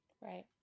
right